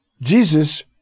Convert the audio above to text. Jesus